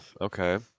Okay